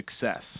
success